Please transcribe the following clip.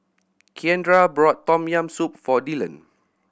Keandre bought Tom Yam Soup for Dillon